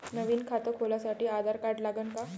नवीन खात खोलासाठी आधार कार्ड लागन का?